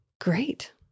great